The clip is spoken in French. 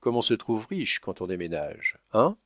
comme on se trouve riche quand on déménage hein